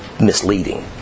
misleading